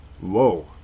whoa